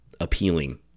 appealing